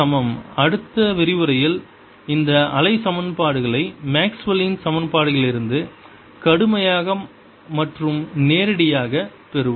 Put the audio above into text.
2Eyx2 ∂tBz∂x002Eyt2 அடுத்த விரிவுரையில் இந்த அலை சமன்பாட்டை மேக்ஸ்வெல்லின் Maxwell's சமன்பாடுகளிலிருந்து கடுமையாக மற்றும் நேரடியாகக் பெறுவோம்